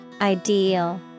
Ideal